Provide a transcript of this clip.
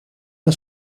una